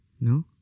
no